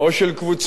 או של קבוצות